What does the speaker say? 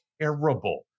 terrible